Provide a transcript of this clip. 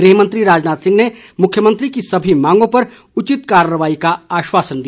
गृह मंत्री राजनाथ सिंह ने मुख्यमंत्री की सभी मांगों पर उचित कार्रवाई का आश्वासन दिया